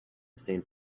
abstain